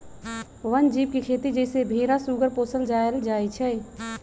वन जीव के खेती जइसे भेरा सूगर पोशल जायल जाइ छइ